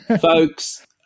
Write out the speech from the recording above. Folks